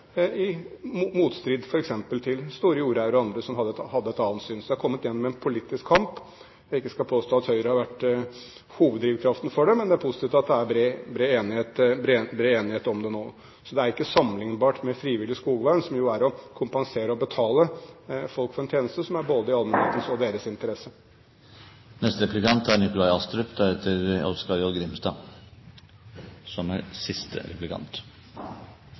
i motstrid f.eks. til store jordeiere og andre som hadde et annet syn. Så det er kommet gjennom en politisk kamp, som jeg ikke skal påstå at Høyre har vært hoveddrivkraften for. Men det er positivt at det er bred enighet om det nå. Så det er ikke sammenlignbart med frivillig skogvern, som jo er å kompensere og betale folk for en tjeneste som er både i allmennhetens og deres interesse. Jeg har lyst til å fortsette litt der jeg slapp, for det regjeringen foreslår om skogplantefelt, er